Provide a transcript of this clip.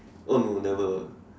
oh no never